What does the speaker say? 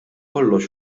kollox